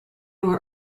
were